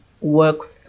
work